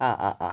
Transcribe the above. ആ ആ ആ